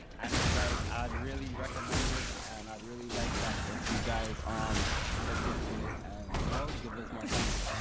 and it's like i really recommend this and really like that if you guys um look into it and you know give us more funding.